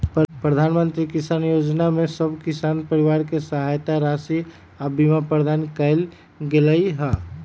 प्रधानमंत्री किसान जोजना में सभ किसान परिवार के सहायता राशि आऽ बीमा प्रदान कएल गेलई ह